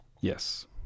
Yes